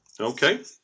Okay